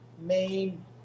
main